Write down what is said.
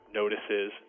notices